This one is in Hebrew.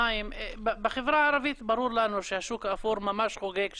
גם --- בחברה הערבית ברור לנו שהשוק האפור ממש חוגג שם,